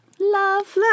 love